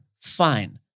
Fine